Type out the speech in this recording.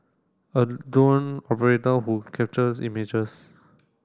a drone operator who captures images